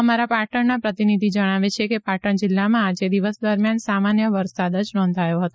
અમારા પાટણના પ્રતિનિધિ જણાવે છે કે પાટણ જિલ્લામાં આજે દિવસ દરમિયાન સામાન્ય વરસાદ જ નોંધાયો હતો